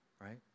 right